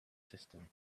system